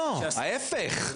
לא, ההיפך.